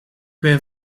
ben